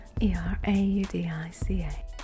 E-R-A-U-D-I-C-A